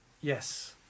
Yes